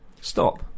stop